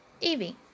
Evie